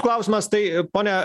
klausimas tai pone